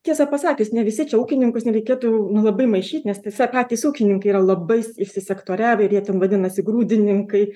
tiesą pasakius ne visi čia ūkininkus nereikėtų labai maišyt nes tiesa patys ūkininkai yra labai įsisektoriavę ir jie ten vadinasi grūdininkai